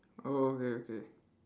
oh okay okay